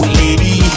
lady